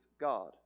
God